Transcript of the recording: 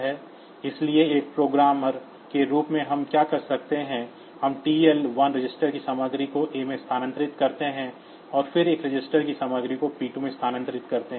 इसलिए एक प्रोग्रामर के रूप में हम क्या करते हैं हम TL1 रजिस्टर की सामग्री को A में स्थानांतरित करते हैं और फिर एक रजिस्टर की सामग्री को P2 में स्थानांतरित करते हैं